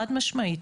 חד משמעית,